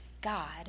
God